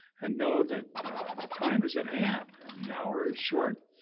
and know that the time is at hand, and the hour is short,